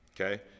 okay